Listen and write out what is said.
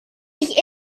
sich